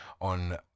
on